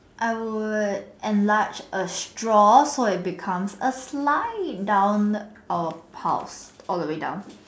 I would enlarge a straw so it becomes a slide down the our pulse all the way down